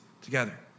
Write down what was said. together